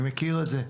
אני מכיר את זה.